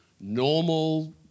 normal